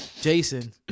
Jason